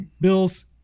bills